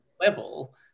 level